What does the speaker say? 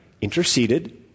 interceded